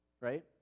Right